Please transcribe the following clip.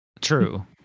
True